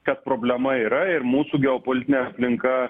kad problema yra ir mūsų geopolitinė aplinka